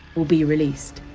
will be released,